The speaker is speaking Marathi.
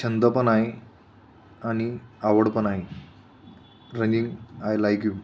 छंद पण आहे आणि आवड पण आहे रनिंग आय लाईक यू